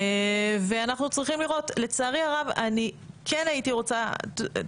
יש פה